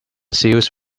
seals